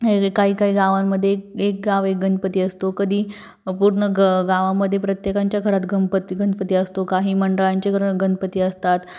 हे काही काही गावांमध्ये एक गाव एक गणपती असतो कधी पूर्ण ग गावामध्ये प्रत्येकाच्या घरात गंपती गणपती असतो काही मंडळांचे ग गणपती असतात